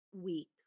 week